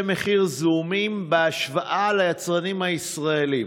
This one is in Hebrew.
מחיר זעומים בהשוואה ליצרנים הישראליים.